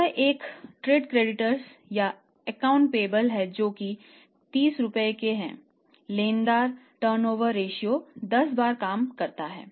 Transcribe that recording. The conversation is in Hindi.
यह एक ट्रेड क्रेडिटर्स 10 बार काम करता है